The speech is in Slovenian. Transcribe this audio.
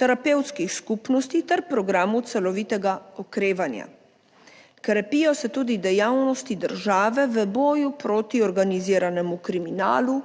terapevtskih skupnosti ter programov celovitega okrevanja. Krepijo se tudi dejavnosti države v boju proti organiziranemu kriminalu,